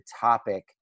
topic